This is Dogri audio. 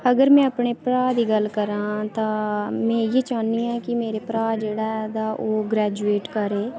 अगर में अपने भ्राऽ दी गल्ल करां तां में इ'यै चाह्न्नी आं की मेरा भ्राऽ जेह्ड़ा ऐ तां ओह् ग्रेजूएट करै